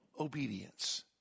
obedience